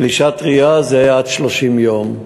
פלישה טרייה זה עד 30 יום.